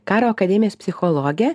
karo akademijos psichologę